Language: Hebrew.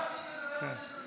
להפסיק לדבר על נתניהו.